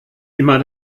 immer